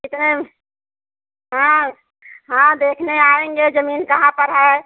कितने हाँ हाँ देखने आएंगे जमीन कहाँ पर है